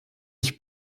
ich